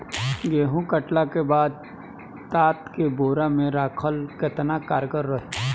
गेंहू कटला के बाद तात के बोरा मे राखल केतना कारगर रही?